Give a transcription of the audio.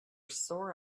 sore